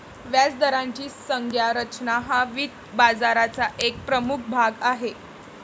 व्याजदराची संज्ञा रचना हा वित्त बाजाराचा एक प्रमुख भाग आहे